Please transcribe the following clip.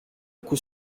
coup